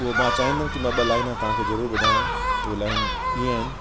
उहो मां चाहींदुमि की ॿ लाइन तव्हांखे खे जरूर ॿुधायां उह लाइन ईअं आहिनि